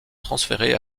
transférés